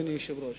אדוני היושב-ראש,